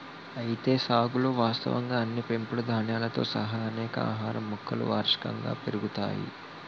అయితే సాగులో వాస్తవంగా అన్ని పెంపుడు ధాన్యాలతో సహా అనేక ఆహార మొక్కలు వార్షికంగా పెరుగుతాయి